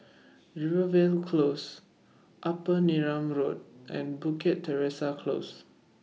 Rivervale Close Upper Neram Road and Bukit Teresa Close